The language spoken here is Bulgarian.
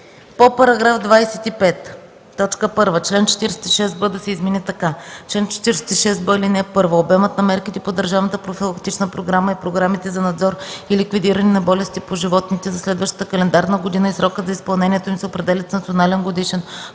по § 25: „1. Член 46б да се измени така: „Чл. 46б (1) Обемът на мерките по държавната профилактична програма и програмите за надзор и ликвидиране на болести по животните за следващата календарна година и срокът за изпълнението им се определят с Национален годишен